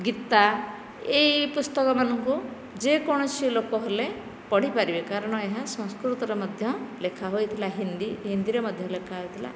ଗୀତା ଏହି ପୁସ୍ତକମାନଙ୍କୁ ଯେକୌଣସି ଲୋକ ହେଲେ ପଢ଼ିପାରିବେ କାରଣ ଏହା ସଂସ୍କୃତରେ ମଧ୍ୟ ଲେଖା ହୋଇଥିଲା ହିନ୍ଦୀ ହିନ୍ଦୀରେ ମଧ୍ୟ ଲେଖା ହୋଇଥିଲା